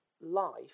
life